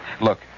Look